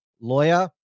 lawyer